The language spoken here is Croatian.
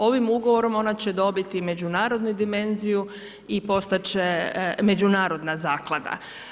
Ovim ugovorom ona će dobiti međunarodnu dimenziju i postati će međunarodna zaklada.